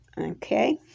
Okay